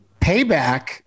payback